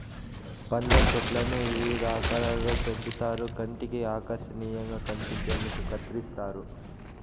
పండ్ల చెట్లను వివిధ ఆకారాలలో పెంచుతారు కంటికి ఆకర్శనీయంగా కనిపించేందుకు కత్తిరిస్తారు